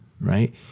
right